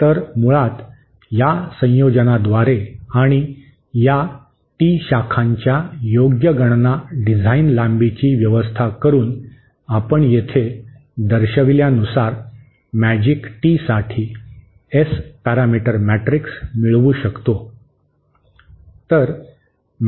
तर मुळात या संयोजनाद्वारे आणि या टी शाखांच्या योग्य गणना डिझाइन लांबीची व्यवस्था करून आपण येथे दर्शविल्यानुसार मॅजिक टीसाठी एस पॅरामीटर मॅट्रिक्स मिळवू शकतो